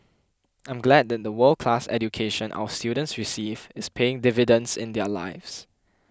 I am glad that the world class education our students receive is paying dividends in their lives